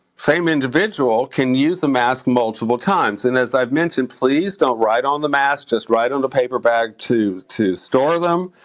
same individual, can use a mask multiple times. and as i've mentioned, please don't write on the masks, just write on the paper bag to to store them.